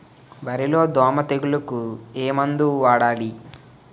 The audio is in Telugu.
వరిలో దోమ తెగులుకు ఏమందు వాడాలి?